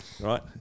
right